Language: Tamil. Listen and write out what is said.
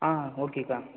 ஆ ஓகேக்கா